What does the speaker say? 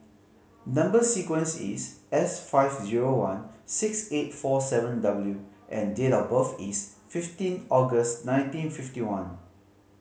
number sequence is S five zero one six eight four seven W and date of birth is fifteen August nineteen fifty one